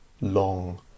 long